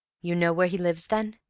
you know where he lives, then?